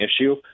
issue